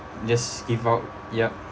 just give up yup